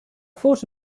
thought